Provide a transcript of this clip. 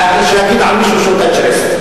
להגיד על מישהו שהוא תאצ'ריסט.